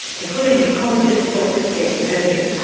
including ecologist dr steve murphy,